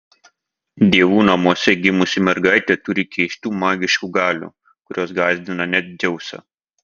dievų namuose gimusi mergaitė turi keistų magiškų galių kurios gąsdina net dzeusą